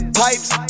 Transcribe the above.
pipes